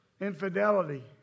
infidelity